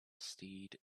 steed